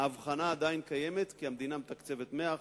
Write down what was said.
ההבחנה עדיין קיימת, כי המדינה מתקצבת 100%,